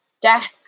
death